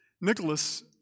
Nicholas